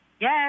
Yes